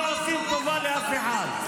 אתם לא עושים טובה לאף אחד.